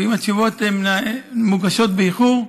ואם התשובות מוגשות באיחור,